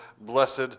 Blessed